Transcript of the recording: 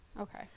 Okay